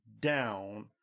down